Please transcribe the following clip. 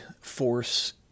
force